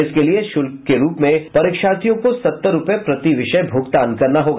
इसके लिए शुल्क के रूप में परीक्षार्थियों को सत्तर रूपये प्रति विषय भुगतान करना होगा